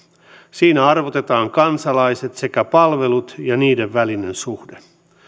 siinä arvotetaan kansalaiset ja palvelut ja niiden välinen suhde